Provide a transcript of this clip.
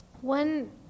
one